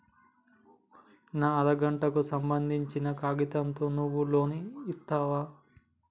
నా అర గంటకు సంబందించిన కాగితాలతో నువ్వు లోన్ ఇస్తవా?